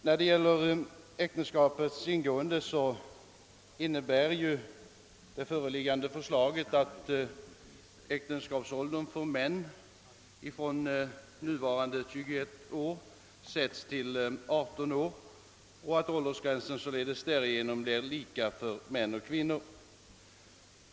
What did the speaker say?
När det gäller äktenskaps ingående innebär ju det föreliggande förslaget att äktenskapsåldern för män sänks från nuvarande 21 år till 18 år varigenom åldersgränsen blir densamma för män och kvinnor.